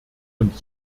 und